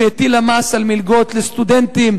שהטילה מס על מלגות לסטודנטים,